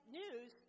news